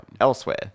elsewhere